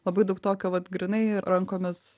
labai daug tokio vat grynai rankomis